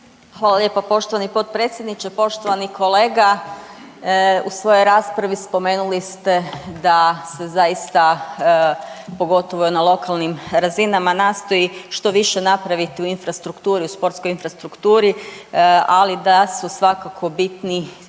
Hvala lijepo. Poštovani potpredsjedniče, poštovani kolega. U svojoj raspravi spomenuli ste da se zaista pogotovo na lokalnim razinama nastoji što više napraviti u infrastrukturi u sportskoj infrastrukturi, ali da su svakako bitni i ljudi